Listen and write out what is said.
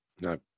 No